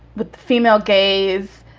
with female gays,